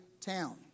town